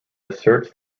asserts